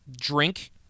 drink